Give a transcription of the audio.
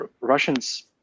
russians